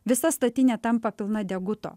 visa statinė tampa pilna deguto